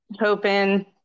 hoping